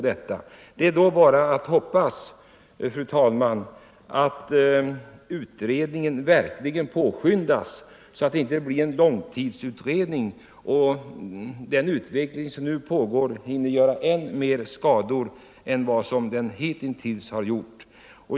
Det är bara att hoppas, fru talman, att utredningen verkligen påskyndas, så att det inte blir en långtidsutredning och den utveckling som pågår hinner göra än mer skada än vad den hitintills har gjort.